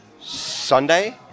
Sunday